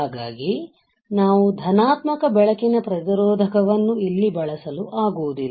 ಹಾಗಾಗಿ ನಾವು ಧನಾತ್ಮಕ ಬೆಳಕಿನ ಪ್ರತಿರೋಧಕವನ್ನು ಇಲ್ಲಿ ಬಳಸಲು ಆಗುವುದಿಲ್ಲ